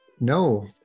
No